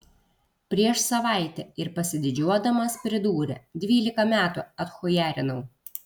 prieš savaitę ir pasididžiuodamas pridūrė dvylika metų atchujarinau